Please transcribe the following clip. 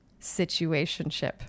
situationship